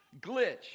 Glitch